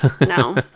no